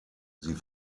sie